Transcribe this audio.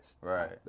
Right